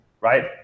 right